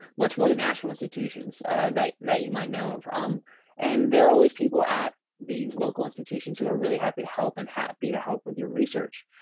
much more than national institutions that that you might know, um and there are always people at these local institutions who are really happy to help. and happy to help with your research.